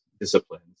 disciplines